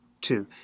two